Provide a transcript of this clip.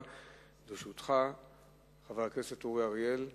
4. כמה מקרי חילול בתי-עלמין בגולה אירעו בשנים 2008 ו-2009?